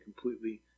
completely